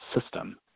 system